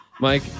Mike